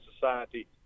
society